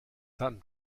dunn